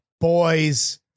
boys